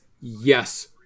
yes